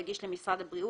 יגיש למשרד הבריאות,